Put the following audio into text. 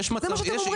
זה מה שאתם אומרים.